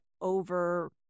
over